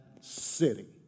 city